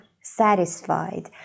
satisfied